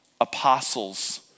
apostles